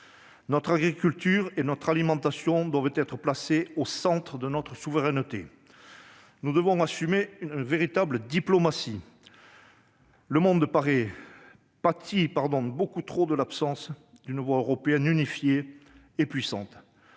Notre agriculture et notre alimentation doivent être placées au centre de notre souveraineté. Nous devons assumer une véritable diplomatie. Le monde pâtit beaucoup trop de l'absence d'une voix européenne unifiée et puissante.